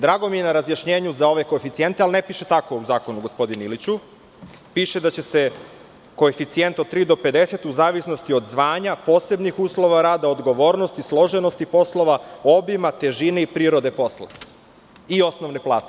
Drago mi je na razjašnjenju za ove koeficijente, ali ne piše tako u zakonu, gospodine Iliću, već piše da će se koeficijent od tri do 50, u zavisnosti od zvanja, posebnih uslova rada, odgovornosti, složenosti poslova, obima, težine, prirode posla i osnovne plate.